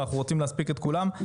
אנחנו רוצים להספיק את כולם,